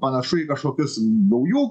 panašu į kažkokius gaujų